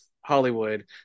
Hollywood